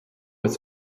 with